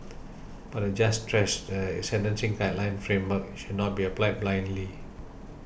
but the judge stressed that the sentencing guideline framework should not be applied blindly